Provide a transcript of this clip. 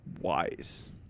Wise